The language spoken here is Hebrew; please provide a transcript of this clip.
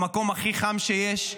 במקום הכי חם שיש,